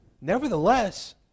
Nevertheless